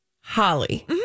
Holly